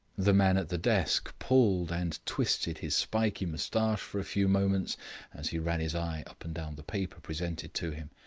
the man at the desk pulled and twisted his spiky moustache for a few moments as he ran his eye up and down the paper presented to him.